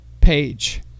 page